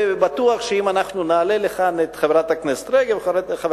ובטוח שאם אנחנו נעלה לכאן את חברת הכנסת רגב וחבר